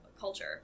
culture